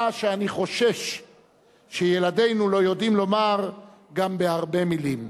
שאני חושש שילדינו לא יודעים לומר גם בהרבה מלים.